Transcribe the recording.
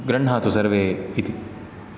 गृह्णातु सर्वे इति